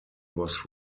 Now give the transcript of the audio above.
was